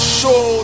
show